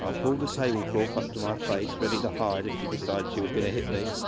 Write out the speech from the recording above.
ah pulled the tablecloth up to my face ready to hide if she decided she was going to hit me,